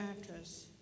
actress